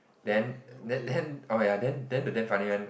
then then oh ya then the damn funny one